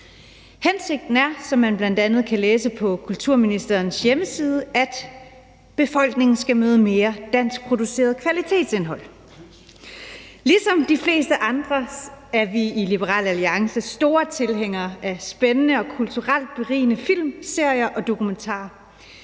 Hensigten er, som man bl.a. kan læse på Kulturministeriets hjemmeside, at befolkningen skal møde mere danskproduceret kvalitetsindhold. Ligesom de fleste andre er vi i Liberal Alliance store tilhængere af spændende og kulturelt berigende film, serier og dokumentarer.